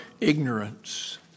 ignorance